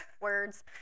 Words